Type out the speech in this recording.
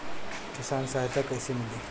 किसान सहायता कईसे मिली?